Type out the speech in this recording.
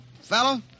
fellow